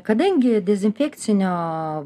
kadangi dezinfekcinio